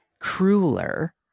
crueler